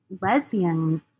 lesbian